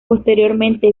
posteriormente